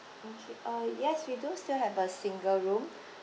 okay uh yes we do still have a single room